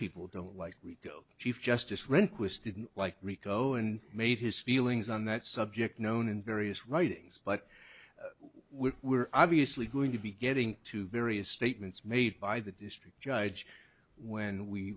people don't like rico chief justice rehnquist didn't like rico and made his feelings on that subject known in various writings but we were obviously going to be getting to various statements made by the district judge when we